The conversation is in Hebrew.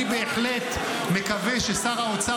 אני בהחלט מקווה ששר האוצר,